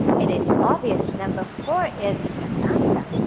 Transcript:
it is obvious number four is the correct answer,